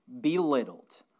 belittled